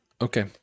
Okay